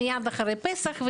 מייד אחרי פסח.